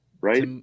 Right